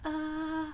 ah